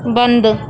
بند